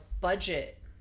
budget